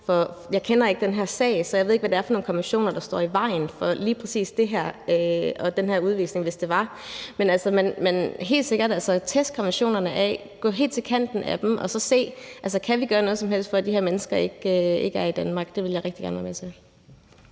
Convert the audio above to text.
Jeg kender ikke den her sag, så jeg ved ikke, hvad det er for nogle konventioner, der står i vejen for lige præcis det her og den her udvisning, hvis det var. Men man skal helt sikkert teste konventionerne af, gå helt til kanten af dem og så se, om vi kan gøre noget som helst for, at de her mennesker ikke er i Danmark. Det vil jeg rigtig gerne være med til.